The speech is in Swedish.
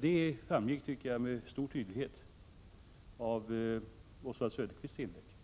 Det tycker jag framgick med stor tydlighet av Oswald Söderqvists inlägg.